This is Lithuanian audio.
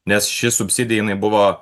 nes ši subsidija jinai buvo